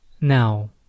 Now